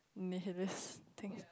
mischievous thing